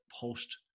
post